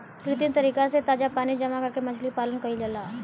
कृत्रिम तरीका से ताजा पानी जामा करके मछली पालन कईल जाला